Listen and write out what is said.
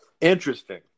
Interesting